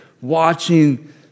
watching